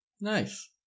Nice